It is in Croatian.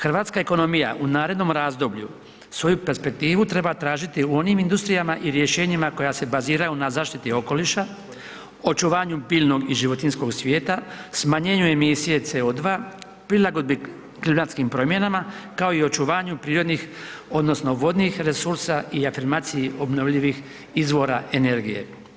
Hrvatska ekonomija u narednom razdoblju svoju perspektivu treba tražiti u onim industrijama i rješenjima koja se baziraju na zaštiti okoliša, očuvanju biljnog i životinjskog svijeta, smanjenju emisije CO2, prilagodbi klimatskim promjenama, kao i očuvanju prirodnih odnosno vodnih resursa i afirmaciji obnovljivih izvora energije.